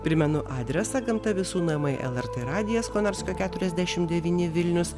primenu adresą gamta visų namai lrt radijas konarskio keturiasdešim devyni vilnius